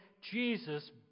Jesus